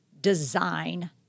design